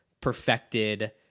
perfected